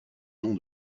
nom